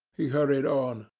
he hurried on.